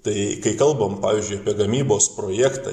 tai kai kalbam pavyzdžiui apie gamybos projektą